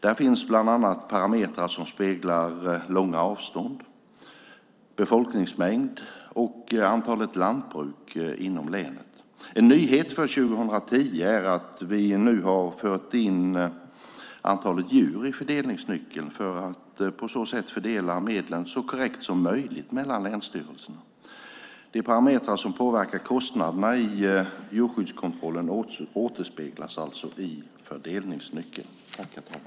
Där finns bland annat parametrar som speglar långa avstånd, befolkningsmängd och antalet lantbruk inom länet. En nyhet för 2010 är att vi nu har fört in antalet djur i fördelningsnyckeln för att på så sätt fördela medlen så korrekt som möjligt mellan länsstyrelserna. De parametrar som påverkar kostnaderna i djurskyddskontrollen återspeglas alltså i fördelningsnyckeln.